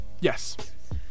Yes